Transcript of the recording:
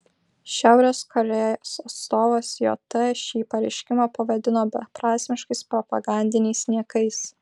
šiaurės korėjos atstovas jt šį pareiškimą pavadino beprasmiškais propagandiniais niekais